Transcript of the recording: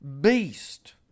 beast